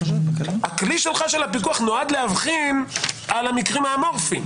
הכלי שלך של הפיקוח נועד להבחין על המקרים האמורפיים,